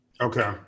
Okay